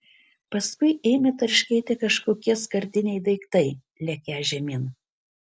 paskui ėmė tarškėti kažkokie skardiniai daiktai lekią žemyn